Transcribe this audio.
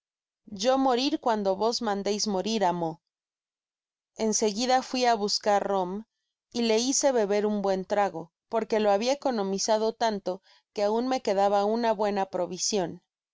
yo morir cuando vos mandeis morir amo en seguida fui á buscar rom y le hice beber un buen trago porque lo habia economizado tanto que aun me quedaba una buena provision